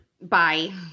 bye